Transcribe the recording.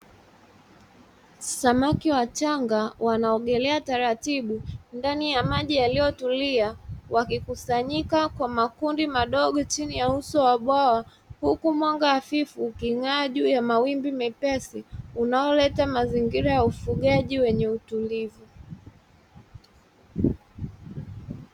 Samaki wachanga wanaogelea taratibu ndani ya maji yaliyotulia, wakikusanyika kwa makundi madogo chini ya uso wa bwawa, huku mwanga hafifu uking’aa juu ya mawimbi mepesi unaoleta mazingira ya ufugaji wenye utulivu.